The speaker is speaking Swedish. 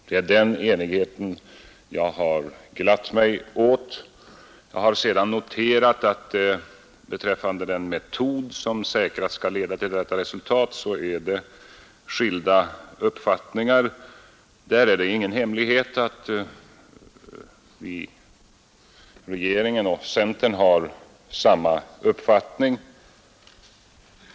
Det är den enigheten jag har glatt mig åt. Jag har sedan noterat att beträffande den metod som säkrast skall leda till detta resultat råder skilda uppfattningar. Där är det ingen hemlighet att regeringen och centerpartiet har samma uppfattning.